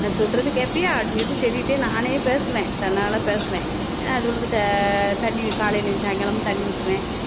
நான் சொல்கிறது கேட்பீயா அப்படின்னு சொல்லிகிட்டு செடிக்கிட்டேயே நானே பேசுவேன் தன்னால் பேசுவேன் அதுகளுக்கு ச தண்ணீர் காலையிலும் சாயங்கலாமும் தண்ணி ஊற்றுவேன்